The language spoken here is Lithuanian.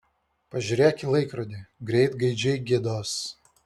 pažiūrėk į laikrodį greit gaidžiai giedos